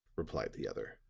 replied the other.